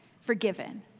forgiven